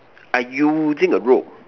I using a rope